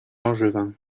langevin